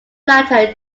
latter